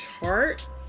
chart